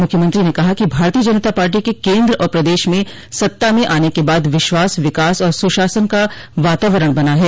मुख्यमंत्री ने कहा कि भारतीय जनता पार्टी के केन्द्र और प्रदेश में सत्ता में आने के बाद विश्वास विकास और सुशासन का वातावरण बना है